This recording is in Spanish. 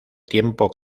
tiempo